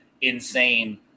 insane